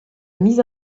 mise